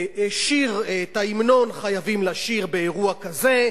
שאת ההמנון חייבים לשיר באירוע כזה,